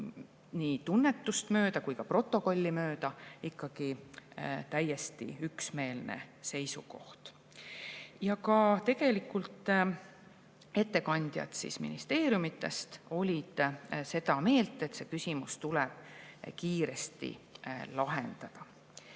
nii tunnetust kui ka protokolli mööda täiesti üksmeelne seisukoht. Ka ettekandjad ministeeriumitest olid seda meelt, et see küsimus tuleb kiiresti lahendada.